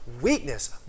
Weakness